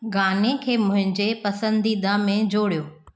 गाने खे मुंहिंजे पसंदीदा में जोड़ियो